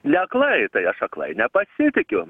ne aklai tai aš aklai nepasitikiu